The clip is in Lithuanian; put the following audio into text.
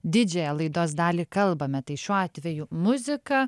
didžiąją laidos dalį kalbame tai šiuo atveju muzika